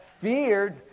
feared